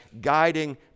guiding